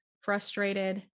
frustrated